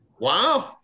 Wow